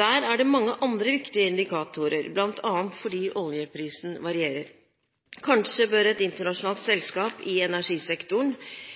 Der er det mange andre viktige indikatorer, bl.a. fordi oljeprisen varierer. Kanskje bør et internasjonalt